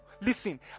Listen